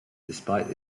despite